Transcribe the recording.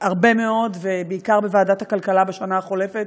הרבה מאוד, ובעיקר בוועדת הכלכלה, בשנה החולפת.